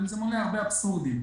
זה מונע הרבה אבסורדים.